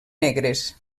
negres